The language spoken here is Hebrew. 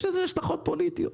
יש לזה השלכות פוליטיות.